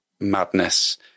madness